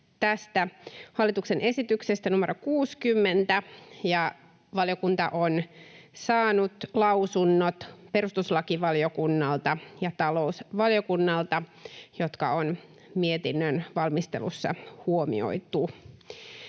hallituksen esityksestä numero 60. Valiokunta on saanut lausunnot perustuslakivaliokunnalta ja talousvaliokunnalta, jotka on mietinnön valmistelussa huomioitu.